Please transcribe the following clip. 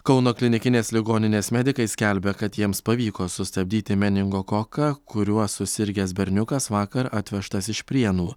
kauno klinikinės ligoninės medikai skelbia kad jiems pavyko sustabdyti meningokoką kuriuo susirgęs berniukas vakar atvežtas iš prienų